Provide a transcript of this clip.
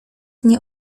nie